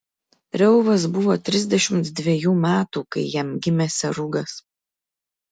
reuvas buvo trisdešimt dvejų metų kai jam gimė serugas